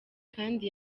kandi